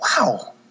Wow